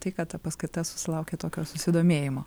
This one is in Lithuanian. tai kad ta paskaita susilaukė tokio susidomėjimo